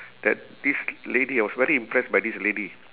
that this lady I was very impressed by this lady